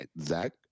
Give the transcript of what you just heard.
Zach